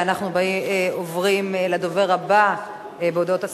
ואנחנו עוברים לדובר הבא בהודעות הסיכום,